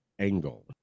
Angle